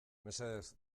mesedez